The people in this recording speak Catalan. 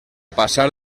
passar